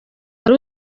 wari